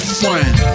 friend